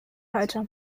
halte